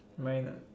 mine ah